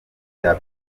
rya